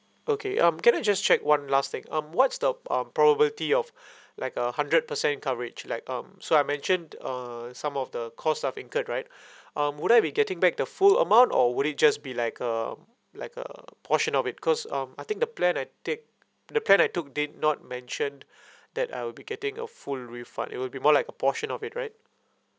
okay um can I just check one last thing um what's the um probability of like a hundred percent coverage like um so I mentioned uh some of the cost I've incurred right um would I be getting back the full amount or would it just be like um like a portion of it cause um I think the plan I take the plan I took did not mention that I'll be getting a full refund it will be more like a portion of it right